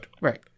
right